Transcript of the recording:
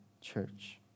church